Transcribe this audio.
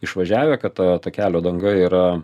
išvažiavę kad ta ta kelio danga yra